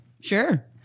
Sure